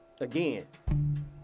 Again